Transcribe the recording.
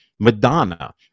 Madonna